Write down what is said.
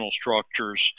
structures